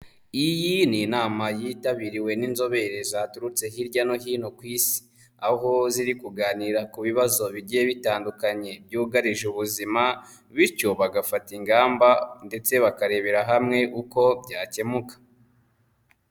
Iyi ni inama yitabiriwe n'inzobere zaturutse hirya no hino ku isi. Aho ziri kuganira ku bibazo bigiye bitandukanye byugarije ubuzima bityo bagafata ingamba ndetse bakarebera hamwe uko byakemuka.